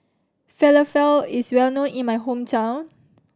falafel is well known in my hometown